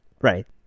Right